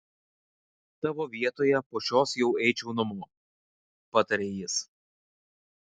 tavo vietoje po šios jau eičiau namo patarė jis